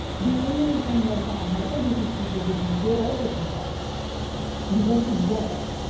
the only thing that is going to help us is if people just get over themselves and get together.